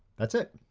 that's it!